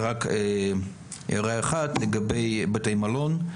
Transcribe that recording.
הערה אחת לגבי בתי מלון.